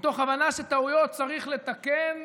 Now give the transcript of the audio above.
מתוך הבנה שטעויות צריך לתקן,